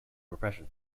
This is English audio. repression